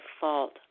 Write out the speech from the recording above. fault